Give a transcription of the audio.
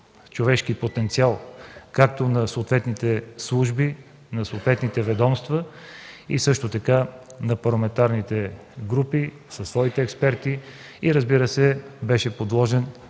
човешки потенциал както на съответните служби, на съответните ведомства, а също така на парламентарните групи с техните експерти. Разбира се, тези